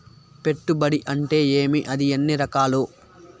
పెట్టుబడి అంటే ఏమి అది ఎన్ని రకాలు